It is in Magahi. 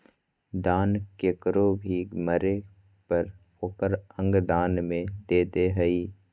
दान केकरो भी मरे पर ओकर अंग दान में दे दो हइ